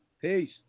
Peace